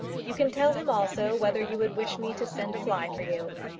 you can tell him also whether you would wish me to send a fly for you.